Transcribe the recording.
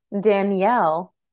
Danielle